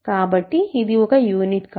కాబట్టి ఇది ఒక యూనిట్ కాదు